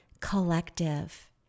Collective